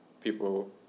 people